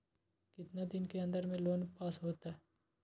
कितना दिन के अन्दर में लोन पास होत?